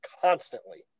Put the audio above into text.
constantly